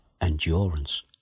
endurance